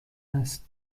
است